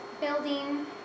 building